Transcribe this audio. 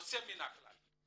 יוצא מן הכלל.